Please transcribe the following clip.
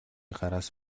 гараас